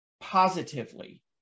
positively